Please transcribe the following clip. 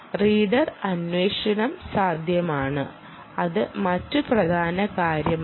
reader അന്വേഷണം സാധ്യമാണ് അത് മറ്റ് പ്രധാന കാര്യമാണ്